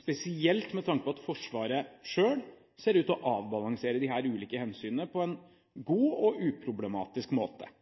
spesielt med tanke på at Forsvaret selv ser ut til å avbalansere disse ulike hensynene på en god og uproblematisk måte.